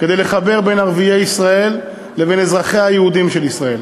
כדי לחבר בין ערביי ישראל לבין אזרחיה היהודים של ישראל.